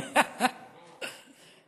סליחה, סליחה.